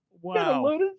wow